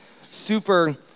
super